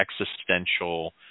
existential